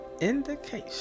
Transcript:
indication